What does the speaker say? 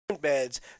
beds